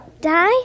die